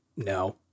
No